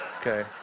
Okay